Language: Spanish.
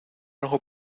algo